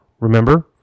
Remember